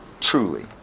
truly